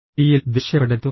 ഡിയിൽ ദേഷ്യപ്പെടരുത്